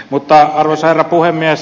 arvoisa herra puhemies